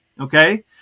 Okay